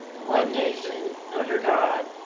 one nation under god,